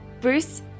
Bruce